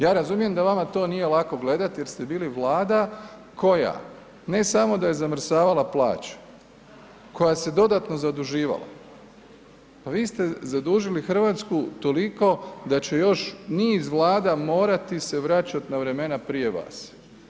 Ja razumijem da vama to nije lako gledati jer ste bili vlada koja ne samo da je zamrzavala plaću, koja se dodatno zaduživala, pa vi ste zadužili Hrvatsku toliko da će još niz vlada morati se vraćati na vremena prije vas.